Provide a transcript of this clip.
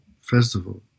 festival